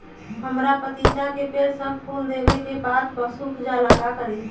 हमरा पतिता के पेड़ सब फुल देबे के बाद सुख जाले का करी?